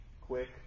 quick